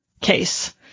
case